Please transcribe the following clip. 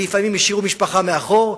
שלפעמים השאירו משפחה מאחור,